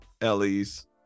Ellie's